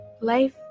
Life